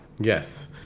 Yes